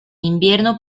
invierno